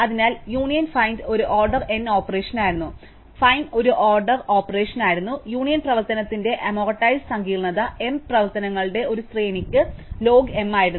അതിനാൽ union find ഒരു order n operation ആയിരുന്നു ഫൈൻഡ് ഒരു ഓർഡർ ഓപ്പറേഷൻ ആയിരുന്നു യൂണിയൻ പ്രവർത്തനത്തിന്റെ അമോർട്ടൈസ്ഡ് സങ്കീർണ്ണത m പ്രവർത്തനങ്ങളുടെ ഒരു ശ്രേണിക്ക് ലോഗ് m ആയിരുന്നു